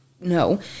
no